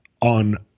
on